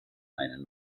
eine